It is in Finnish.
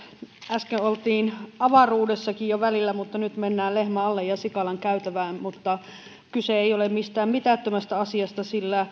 äsken oltiin avaruudessakin jo välillä mutta nyt mennään lehmän alle ja sikalan käytävään mutta kyse ei ole mistään mitättömästä asiasta sillä